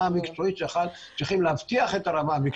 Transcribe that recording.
אנחנו צריכים להבטיח את הרמה המקצועית,